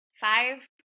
five